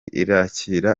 irakira